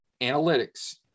Analytics